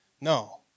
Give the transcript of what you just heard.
No